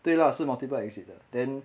对啦是 multiple exit 的 then